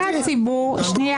מתנצל שחרגתי.